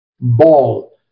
ball